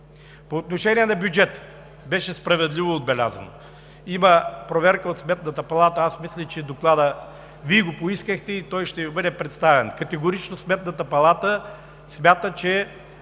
По отношение на бюджета беше справедливо отбелязано, има проверка от Сметната палата. Мисля, че Вие поискахте Доклада и той ще Ви бъде представен. Категорично Сметната палата смята, че